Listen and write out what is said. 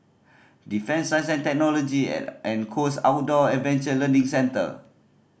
Defence Science and Technology and Coast Outdoor Adventure Learning Centre